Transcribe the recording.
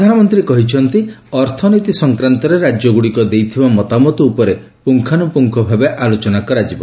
ପ୍ରଧାନମନ୍ତ୍ରୀ କହିଛନ୍ତି ଅର୍ଥନୀତି ସଂକ୍ରାନ୍ତରେ ରାଜ୍ୟଗୁଡ଼ିକ ଦେଇଥିବା ମତାମତ ଉପରେ ପୁଙ୍ଗାନୁପୁଙ୍ଗ ଭାବେ ଆଲୋଚନା କରାଯିବ